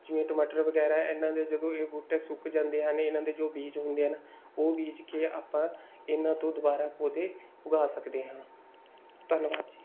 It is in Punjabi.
ਜਿਵੇਂ ਟਮਾਟਰ ਵਗੈਰਾ ਇਹਨਾਂ ਦੇ ਜਦੋਂ ਇਹ ਬੂਟੇ ਸੁੱਕ ਜਾਂਦੇ ਹਨ ਇਹਨਾਂ ਦੇ ਜੋ ਬੀਜ ਹੁੰਦੇ ਹਨ ਉਹ ਬੀਜ ਕੇ ਆਪਾਂ ਇਹਨਾਂ ਤੋਂ ਦੁਬਾਰਾ ਪੌਦੇ ਉਗਾ ਸਕਦੇ ਹਾਂ ਧੰਨਵਾਦ ਜੀ